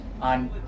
on